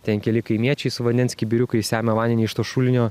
ten keli kaimiečiai su vandens kibiriukais semia vandenį iš to šulinio